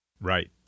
Right